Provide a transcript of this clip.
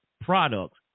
products